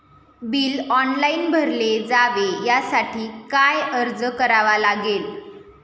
Bill online भरले जावे यासाठी काय अर्ज करावा लागेल?